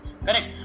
Correct